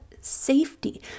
safety